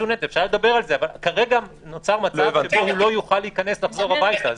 אבל נוצר מצב שהוא לא יוכל להיכנס לחזור הביתה.